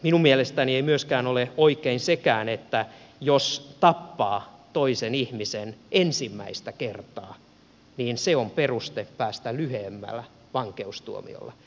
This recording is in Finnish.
minun mielestäni ei myöskään ole oikein sekään että jos tappaa toisen ihmisen ensimmäistä kertaa niin se on peruste päästä lyhyemmällä vankeustuomiolla